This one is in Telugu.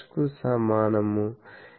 కు సమానము